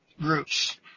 groups